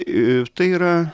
ir tai yra